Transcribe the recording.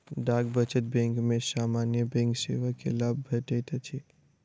डाक बचत बैंक में सामान्य बैंक सेवा के लाभ भेटैत अछि